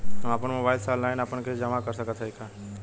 हम अपने मोबाइल से ऑनलाइन आपन किस्त जमा कर सकत हई का?